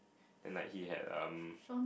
then like he had um